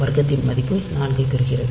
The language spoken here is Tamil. வர்க்கத்தின் மதிப்பு 4 ஐப் பெறுகிறது